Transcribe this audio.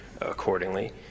accordingly